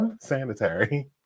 sanitary